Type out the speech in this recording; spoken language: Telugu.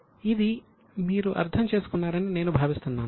ఇది మీరు అర్థం చేసుకున్నారని నేను భావిస్తున్నాను